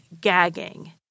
gagging